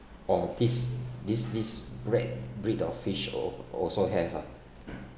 oh this this this bre~ breed of fish al~ also have ah